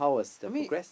I mean